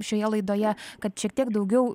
šioje laidoje kad šiek tiek daugiau